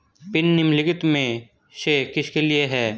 Pin निम्नलिखित में से किसके लिए है?